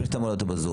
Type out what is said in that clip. נמצא גם הוא בזום.